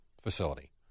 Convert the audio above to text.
facility